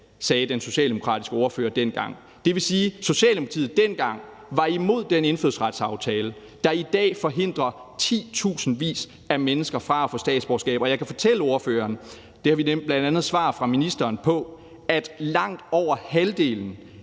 sagde den socialdemokratiske ordfører dengang, og det vil sige, at Socialdemokratiet dengang var imod den indfødsretsaftale, der i dag forhindrer titusindvis af mennesker fra at få statsborgerskab. Jeg kan fortælle ordføreren – det har vi bl.a. svar fra ministeren om – at langt over halvdelen